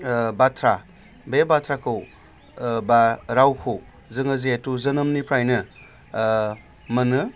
बाथ्रा बे बाथ्राखौ बा रावखौ जोङो जिहेतु जोनोमनिफ्रायनो मोनो